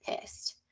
pissed